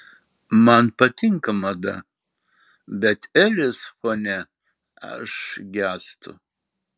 man patinka mada bet elės fone aš gęstu